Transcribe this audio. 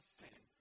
sin